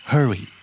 Hurry